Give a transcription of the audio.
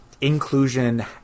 inclusion